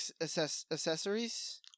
accessories